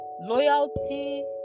loyalty